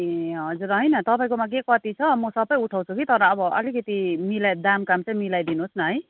ए हजुर होइन तपाईँकोमा के कति छ म सबै उठाउँछु कि तर अब अलिकति मिलाई दामकाम चाहिँ मिलाइदिनु होस् न है